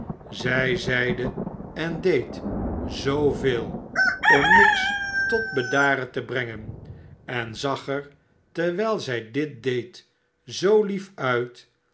zij zeide en deed zooveel om miggs tot bedaren te brengen en zag er terwijl zij dit deed zoo lief uit